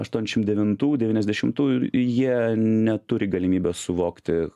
aštuoniasdešimdevintų devyniasdešimtų ir jie neturi galimybės suvokti